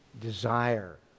desire